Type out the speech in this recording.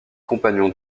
compagnon